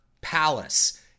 palace